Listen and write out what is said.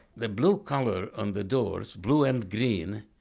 the blue color on the door, blue and green,